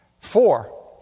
Four